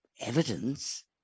evidence